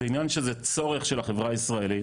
זה עניין של הצורך של החברה הישראלית,